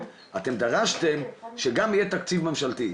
אתם דרשתם שגם יהיה תקציב ממשלתי.